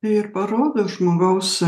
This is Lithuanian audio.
ir parodo žmogaus